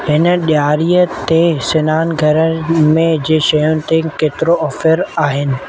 हिन ॾियारीअ ते स्नानुघरनि में जे शयुनि ते केतिरो ऑफ़र आहिनि